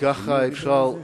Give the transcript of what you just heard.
כך אפשר